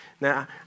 Now